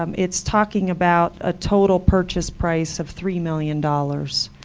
um it's talking about a total purchase price of three million dollars.